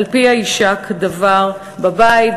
על פיה יישק דבר בבית,